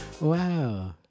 Wow